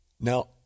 Now